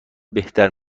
بهتر